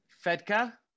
Fedka